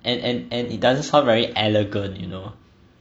and and and it doesn't sound very elegant you know